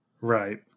Right